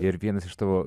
ir vienas iš tavo